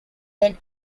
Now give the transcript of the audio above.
then